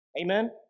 Amen